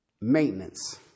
maintenance